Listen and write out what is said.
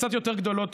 קצת יותר גדולות,